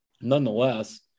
Nonetheless